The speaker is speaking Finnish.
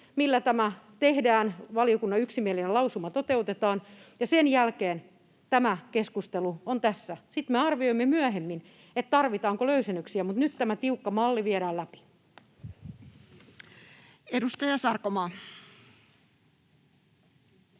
millä tämä tehdään, valiokunnan yksimielinen lausuma toteutetaan, ja sen jälkeen tämä keskustelu on tässä. Sitten me arvioimme myöhemmin, tarvitaanko löysennyksiä, mutta nyt tämä tiukka malli viedään läpi. [Speech